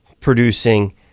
producing